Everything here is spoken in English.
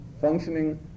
functioning